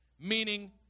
Meaning